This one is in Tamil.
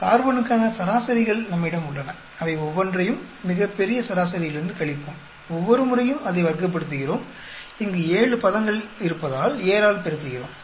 கார்பனுக்கான சராசரிகள் நம்மிடம் உள்ளன அவை ஒவ்வொன்றையும் மிகப் பெரிய சராசரியிலிருந்து கழிப்போம் ஒவ்வொரு முறையும் அதை வர்க்கப்படுத்துகிறோம் இங்கு 7 பதங்கள் இருப்பதால் 7 ஆல் பெருக்குகிறோம்